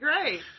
great